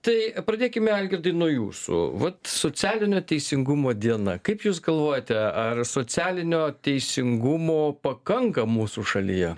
tai pradėkime algirdui nuo jūsų vat socialinio teisingumo diena kaip jūs galvojate ar socialinio teisingumo pakanka mūsų šalyje